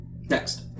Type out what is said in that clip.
Next